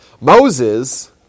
Moses